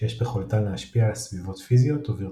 שיש ביכולתן להשפיע על סביבות פיזיות או וירטואליות.